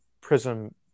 Prism